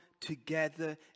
together